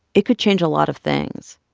it could change a lot of things,